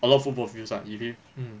a lot of football fields ah really mm